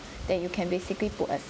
that you can basically put a